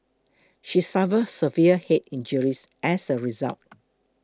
she suffered severe head injuries as a result